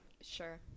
Sure